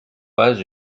pas